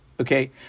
okay